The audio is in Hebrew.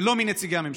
לא מנציגי הממשלה.